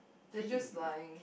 they're just lying